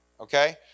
okay